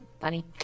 Funny